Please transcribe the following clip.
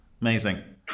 Amazing